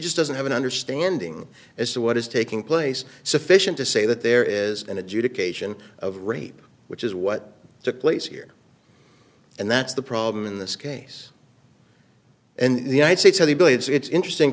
just doesn't have an understanding as to what is taking place sufficient to say that there is an adjudication of rape which is what took place here and that's the problem in this case and the united states really believes it's interesting